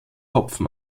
hopfen